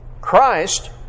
Christ